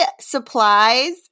supplies